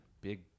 big